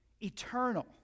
eternal